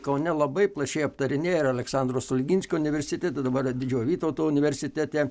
kaune labai plačiai aptarinėja ir aleksandro stulginskio universitete dabar didžiojo vytauto universitete